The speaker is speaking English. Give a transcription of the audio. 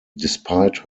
despite